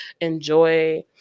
enjoy